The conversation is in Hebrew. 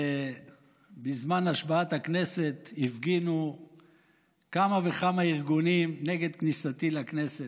ובזמן השבעת הכנסת הפגינו כמה וכמה ארגונים נגד כניסתי לכנסת.